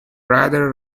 rather